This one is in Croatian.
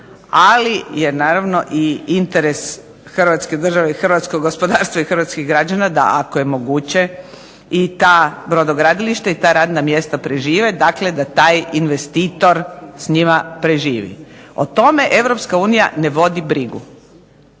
ali je naravno i interes Hrvatske države i Hrvatskog gospodarstva i građana da ako je moguće i da ta brodogradilišta i ta radna mjesta prežive, da taj investitor sa njima preživi. O tome Europska unija ne vodi brigu,